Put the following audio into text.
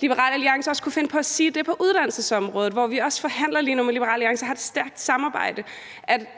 Liberal Alliance også kunne finde på at sige på uddannelsesområdet, hvor vi også forhandler lige nu med Liberal Alliance og har et stærkt samarbejde: